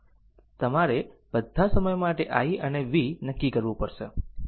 તમારે બધા સમય માટે i અને v નક્કી કરવું પડશે